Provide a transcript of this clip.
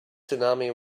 tsunami